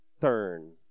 turn